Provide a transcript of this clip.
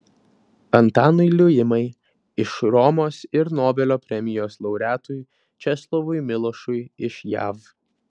antanui liuimai iš romos ir nobelio premijos laureatui česlovui milošui iš jav